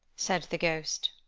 said the ghost.